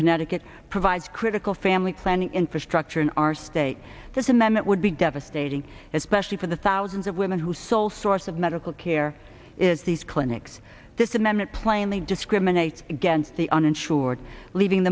connecticut provides critical family planning infrastructure in our state this amendment would be devastating especially for the thousands of women whose sole source of medical care is these clinics this amendment plainly discriminates against the uninsured leaving